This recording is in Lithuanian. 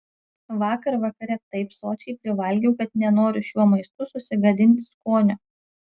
vakar vakare taip sočiai privalgiau kad nenoriu šiuo maistu susigadinti skonio